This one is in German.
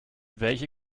welche